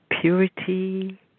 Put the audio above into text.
purity